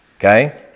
Okay